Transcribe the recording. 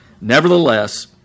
Nevertheless